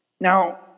Now